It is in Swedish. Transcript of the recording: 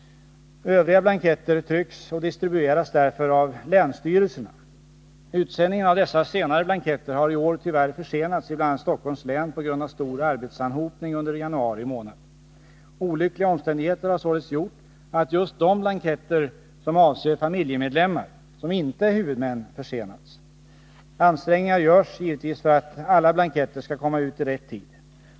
Övriga blanketter trycks och distribueras därför av länsstyrelserna. Utsändningen av dessa senare blanketter har i år tyvärr försenats i bl.a. Stockholms län på grund av stor arbetsanhopning under januari månad. Olyckliga omständigheter har således gjort att just de blanketter som avser familjemedlemmar som inte är ”huvudmän” försenats. Ansträngningar görs givetvis för att alla blanketter skall komma ut i rätt tid.